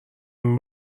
این